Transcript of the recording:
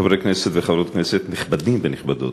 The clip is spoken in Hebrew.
חברי כנסת וחברות כנסת נכבדים ונכבדות,